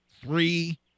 three